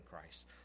Christ